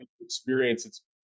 experience